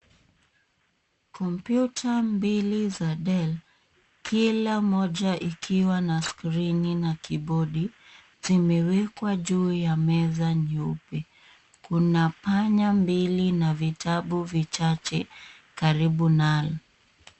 Kompyuta mbili za Dell, kila moja ikiwa na skrini na kibodi, zimewekwa juu ya meza nyeupe. Kuna panya mbili na vitabu vichache karibu nalo.